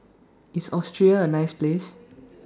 IS Austria A nice Place